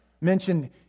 mentioned